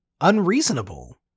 Unreasonable